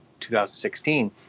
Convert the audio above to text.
2016